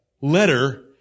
letter